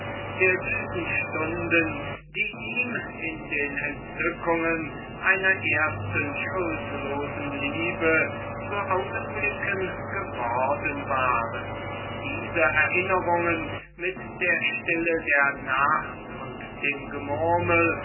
der süßen stunden die ihm in den entzückungen einer ersten und unschuldigen liebe zu augenblicken geworden waren diese erinnerungen mit der stille der nacht und dem gemurmel